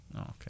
Okay